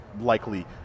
likely